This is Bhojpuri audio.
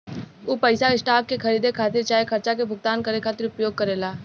उ पइसा स्टॉक के खरीदे खातिर चाहे खर्चा के भुगतान करे खातिर उपयोग करेला